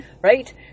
Right